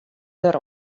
der